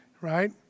right